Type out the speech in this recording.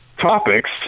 topics